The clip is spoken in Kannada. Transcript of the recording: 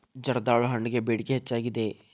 ಜರ್ದಾಳು ಹಣ್ಣಗೆ ಬೇಡಿಕೆ ಹೆಚ್ಚಾಗಿದೆ